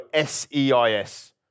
SEIS